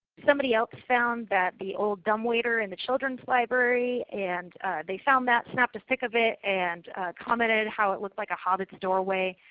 somebody else found that the old dumbwaiter in the children's library. and they found that, snapped a pic of it, and commented how it looked like a hobbit's doorway.